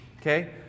Okay